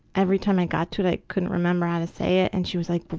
every time i got to it i couldn't remember how to say it, and she was like, well,